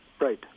Right